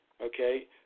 Okay